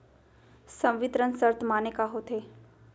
संवितरण शर्त माने का होथे?